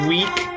Week